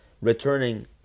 returning